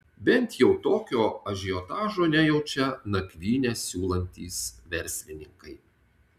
bent jau tokio ažiotažo nejaučia nakvynę siūlantys verslininkai